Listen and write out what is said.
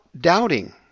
doubting